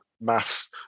maths